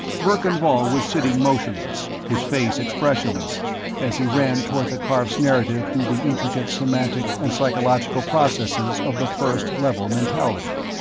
verkan vall was sitting motionless, his face expressionless as he ran tortha karf's narrative through the intricate semantic and psychological processes of the first level mentality.